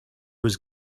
was